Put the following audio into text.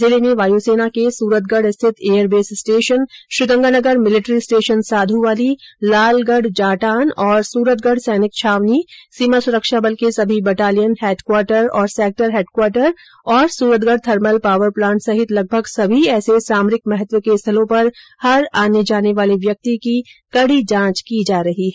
जिले में वायुसेना के सूरतगढ़ स्थित airbase station Sriganganagar military station Sadhrawali Lalgarh Jatan और सूरतगढ़ सैनिक छावनी सीमा सूरक्षा बल के सभी बटालियन हैडक्वार्टर और सेक्टर हैडक्वार्टर और सूरतगढ़ थर्मल पावर प्लांट सहित लगभग सभी ऐसे सामरिक महत्व के स्थलों पर हर आने जाने वाले व्यक्ति की कड़ी जांच की जा रही है